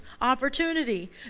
opportunity